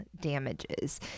damages